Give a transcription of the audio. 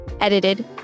edited